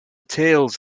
tales